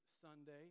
Sunday